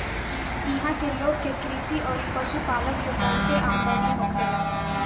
इहां के लोग के कृषि अउरी पशुपालन से बहुते आमदनी होखेला